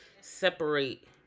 separate